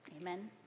Amen